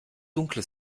dunkle